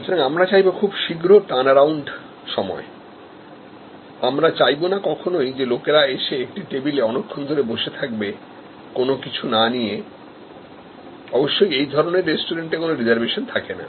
সুতরাং আমরা চাইব খুব শীঘ্র turnaroundসময় আমরা চাইবনা কখনোই যে লোকেরা এসে একটি টেবিলে অনেকক্ষণ ধরে বসে থাকবে কোন কিছু না নিয়ে অবশ্যই এই ধরনের রেস্টুরেন্টেকোন রিজার্ভেশন থাকেনা